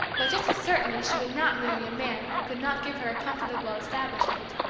but just as certainly she would not marry a man who could not give her a comfortable establishment,